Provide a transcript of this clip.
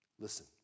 Listen